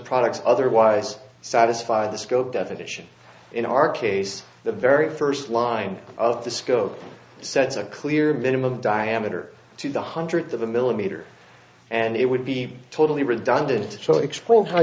products otherwise satisfy the scope definition in our case the very first line of the scope sets a clear minimum diameter to the hundredth of a millimeter and it would be totally